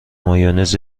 مایونز